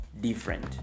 different